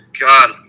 God